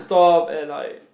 stop and like